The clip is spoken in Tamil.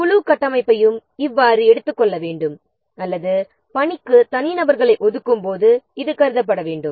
குழு கட்டமைப்பையும் இவ்வாறு எடுத்துக்கொள்ள வேண்டும் அல்லது பணிக்கு தனிநபர்களை ஒதுக்கும்போது இவை கருதப்பட வேண்டும்